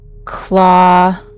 Claw